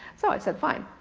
so i said, fine,